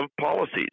policies